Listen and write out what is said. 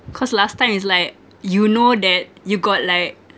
cause last time is like you know that you got like